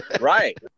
Right